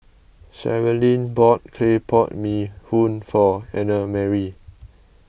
Sherilyn bought Clay Pot Mee who en for Annamarie